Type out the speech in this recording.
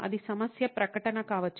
అది సమస్య ప్రకటన కావచ్చు